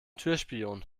türspion